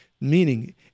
Meaning